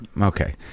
Okay